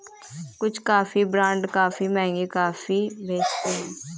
कुछ coffee brand काफी महंगी कॉफी बेचते हैं